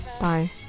bye